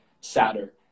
sadder